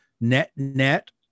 net-net